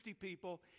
people